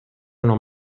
una